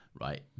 right